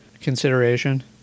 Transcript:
consideration